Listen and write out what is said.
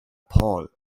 paul